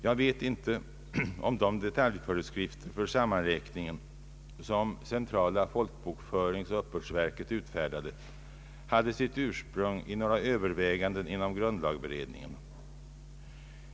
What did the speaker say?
Jag vet inte om de detaljföreskrifter för sammanräkningen som centrala folkbokföringsoch uppbördsnämnden utfärdade, hade sitt ursprung i några överväganden inom grundlagberedningen.